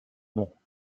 mont